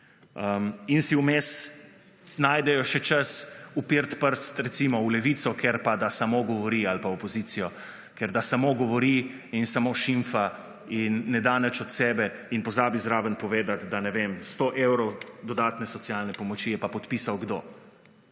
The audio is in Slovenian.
In si vmes najdejo še čas uperiti prst, recimo, v Levico, ker pa da samo govori, ali pa opozicijo, ker da samo govori in samo šimfa in ne da nič od sebe in pozabi zraven povedati, da sto evrov dodatne socialne pomoči je pa podpisal – kdo?